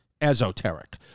esoteric